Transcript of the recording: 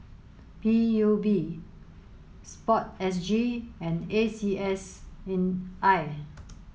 P U B sport S G and A C S and I